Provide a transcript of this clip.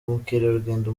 mukerarugendo